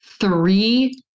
three